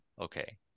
Okay